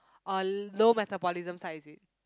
uh low metabolism side is it